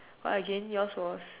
what again yours was